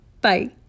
Bye